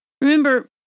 Remember